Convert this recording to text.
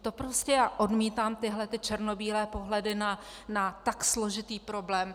To prostě já odmítám, tyhle ty černobílé pohledy na tak složitý problém.